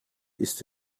ist